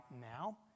now